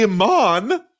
iman